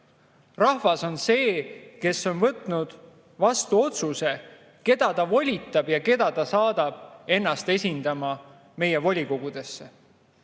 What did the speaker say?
Rahvas on see, kes on võtnud vastu otsuse, keda ta volitab ja keda ta saadab ennast esindama meie volikogudesse.